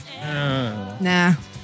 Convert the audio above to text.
Nah